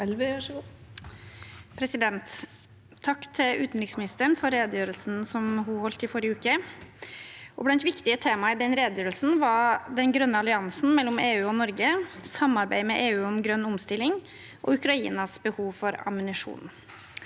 Takk til utenriks- ministeren for redegjørelsen hun holdt i forrige uke. Blant viktige tema i redegjørelsen var den grønne alliansen mellom EU og Norge, samarbeid med EU om grønn omstilling og Ukrainas behov for ammunisjon.